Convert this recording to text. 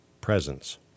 presence